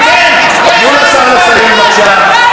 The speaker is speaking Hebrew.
אני הבאתי אותם, כן.